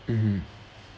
mmhmm